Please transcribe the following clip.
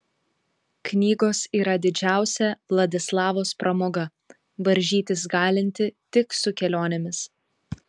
knygos yra didžiausia vladislavos pramoga varžytis galinti tik su kelionėmis